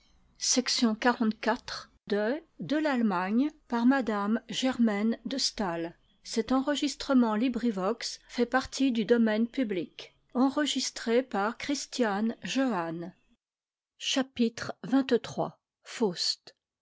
de m de